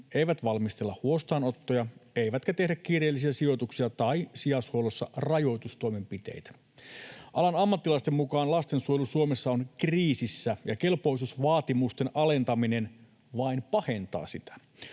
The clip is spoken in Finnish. eivät valmistella huostaanottoja eivätkä tehdä kiireellisiä sijoituksia tai sijaishuollossa rajoitustoimenpiteitä. Alan ammattilaisten mukaan lastensuojelu Suomessa on kriisissä, ja kelpoisuusvaatimusten alentaminen vain pahentaa sitä.